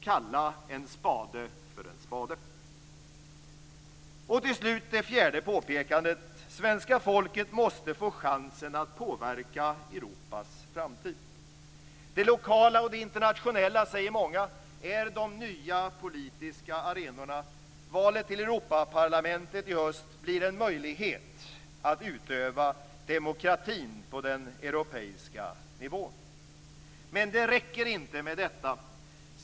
Kalla en spade för en spade. Till slut är mitt fjärde påpekande att svenska folket måste få chansen att påverka Europas framtid. Det lokala och det internationella, säger många, är de nya politiska arenorna. Valet till Europaparlamentet i höst blir en möjlighet att utöva demokratin på den europeiska nivån. Men det räcker inte med detta.